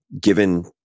given